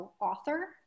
author